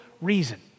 reason